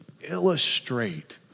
illustrate